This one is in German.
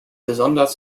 besonders